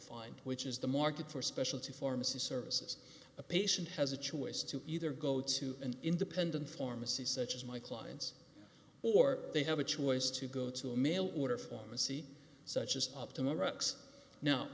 defined which is the market for specialty pharmacy services a patient has a choice to either go to an independent form a c such as my clients or they have a choice to go to a mail order pharmacy such as optimal rocks now